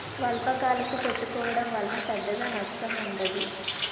స్వల్పకాలకు పెట్టుకోవడం వలన పెద్దగా నష్టం ఉండదు